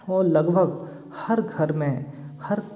और लगभग हर घर में हर